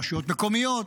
רשויות מקומיות,